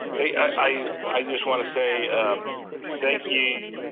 hey, i just want to say thank you